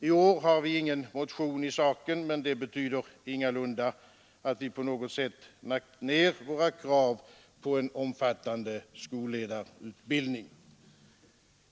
I år har vi ingen motion i saken, men det betyder ingalunda att vi på något sätt lagt ned vårt krav på en omfattande skolledarutbildning.